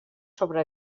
sobre